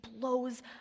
blows